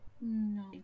No